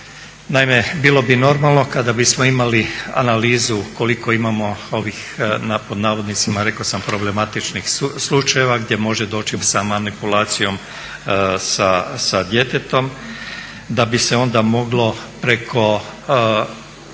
Naime, bilo bi normalno kada bismo imali analizu koliko imamo ovih pod navodnicima rekao sam problematičnih slučajeva gdje može doći sa manipulacijom sa djetetom da bi se onda moglo preko